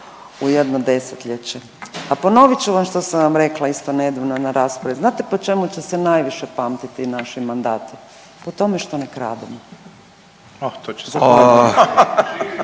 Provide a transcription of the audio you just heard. u jedno desetljeće, a ponovit ću vam što sam vam rekla isto nedavno na raspravi. Znate po čemu će se najviše pamtiti naši mandati? Po tome što ne krademo.